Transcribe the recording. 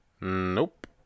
Nope